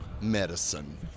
medicine